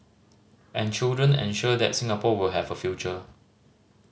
and children ensure that Singapore will have a future